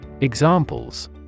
Examples